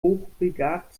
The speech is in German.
hochbegabt